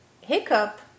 hiccup